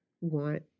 want